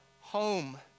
home